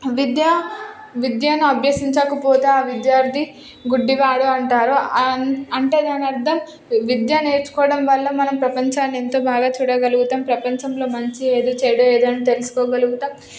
విద్య విద్యను అభ్యసించక పోతే ఆ విద్యార్థి గుడ్డివాడు అంటారు అంటే దాని అర్థం విద్య నేర్చుకోవడం వల్ల మనం ప్రపంచాన్ని ఎంతో బాగా చూడగలుగుతాం ప్రపంచంలో మంచి ఏదో చెడు ఏదని తెలుసుకోగలుగుతాం